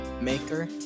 Maker